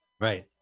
Right